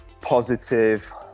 positive